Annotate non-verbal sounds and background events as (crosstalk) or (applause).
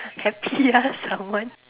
happy ah (laughs) someone